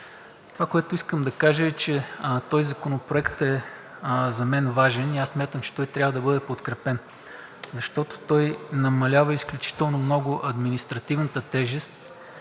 Това, което искам да кажа, е, че този законопроект е за мен важен и аз смятам, че той трябва да бъде подкрепен, защото той намалява изключително много административната тежест